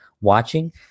watching